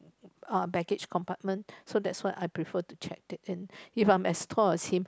uh baggage compartment so that's why I prefer to check it in if I'm as tall as him